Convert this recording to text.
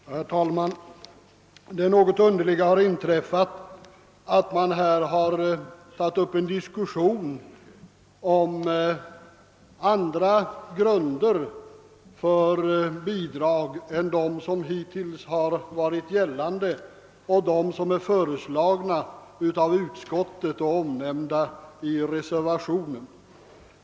Herr talman! Det något underliga har inträffat att man här tagit upp en diskussion om andra grunder för bidrag än dem som hittills har varit gällande och dem som är föreslagna av utskottsmajoriteten och omnämnda i reservationen.